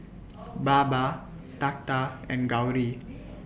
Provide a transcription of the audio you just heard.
Baba Tata and Gauri